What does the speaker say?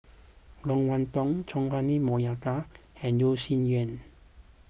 Loke Wan Tho Chua Ah Huwa Monica and Yeo Shih Yun